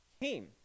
came